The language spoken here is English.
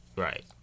Right